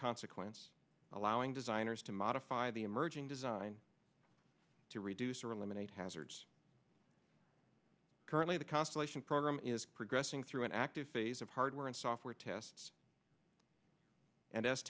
consequence allowing designers to modify the emerging design to reduce or eliminate hazards currently the constellation program is progressing through an active phase of hardware and software tests and as